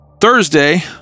Thursday